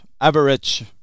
average